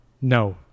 no